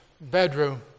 bedroom